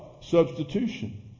Substitution